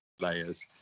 layers